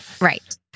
Right